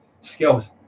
skills